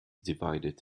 divided